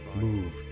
Move